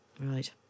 Right